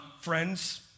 friends